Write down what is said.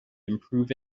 improve